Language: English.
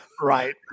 Right